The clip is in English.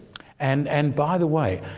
and and by the way,